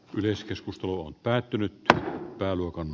yleiskeskusteluun päätynyttä pääluokan